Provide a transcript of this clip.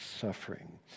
suffering